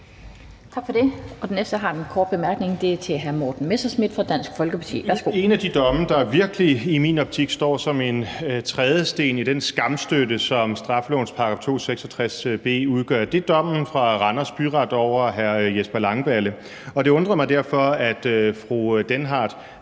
En af de domme, der i min optik virkelig står som en trædesten i den skamstøtte, som straffelovens § 266 b udgør, er dommen fra Randers Byret over hr. Jesper Langballe, og det undrer mig derfor, at fru Karina